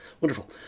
Wonderful